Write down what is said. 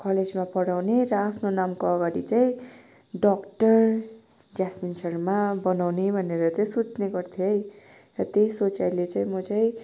कलेजमा पढाउने र आफ्नो नामको अगाडि चाहिँ डक्टर ज्यास्मिन शर्मा बनाउने भनेर चाहिँ सोच्ने गर्थेँ है र त्यही सोचाइले चाहिँ म चाहिँ